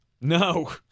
no